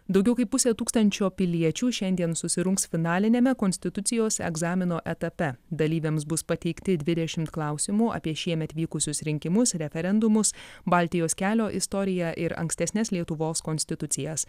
daugiau kaip pusė tūkstančio piliečių šiandien susirungs finaliniame konstitucijos egzamino etape dalyviams bus pateikti dvidešimt klausimų apie šiemet vykusius rinkimus referendumus baltijos kelio istoriją ir ankstesnes lietuvos konstitucijas